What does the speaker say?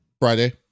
friday